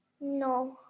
No